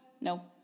no